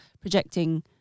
projecting